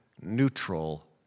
neutral